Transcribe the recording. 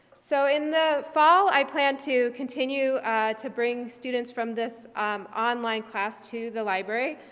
so in the fall i plan to continue to bring students from this online class to the library.